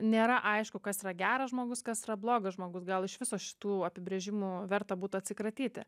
nėra aišku kas yra geras žmogus kas yra blogas žmogus gal iš viso šitų apibrėžimų verta būtų atsikratyti